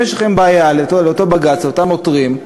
אם יש לכם בעיה, לאותו בג"ץ, לאותם עותרים,